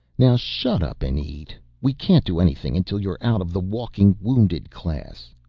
now shut up and eat. we can't do anything until you are out of the walking wounded class.